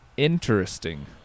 Interesting